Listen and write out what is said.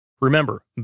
Remember